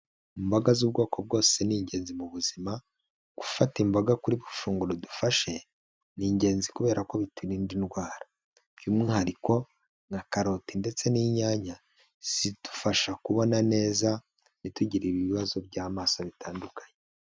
Imboga z'ubwoko bwose ni ingenzi mu buzima, gufata imboga kuri buri funguro dufashe ni ingenzi kubera ko biturinda indwara by'umwihariko nka karoti ndetse n'inyanya, zidufasha kubona neza ntitugire ibibazo by'amaso bitandukanye.